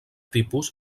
tipus